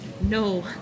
no